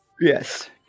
Yes